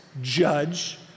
judge